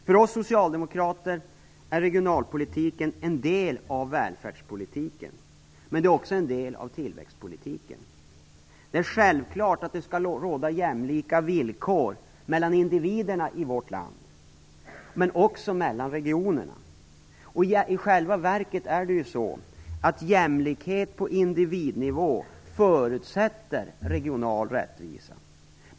För oss socialdemokrater är regionalpolitiken en del av välfärdspolitiken, men den är också en del av tillväxtpolitiken. Det är självklart att det skall råda jämlika villkor mellan individerna i vårt land men också mellan regionerna. I själva verket är det så att jämlikhet på individnivå förutsätter regional rättvisa.